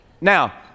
now